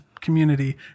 community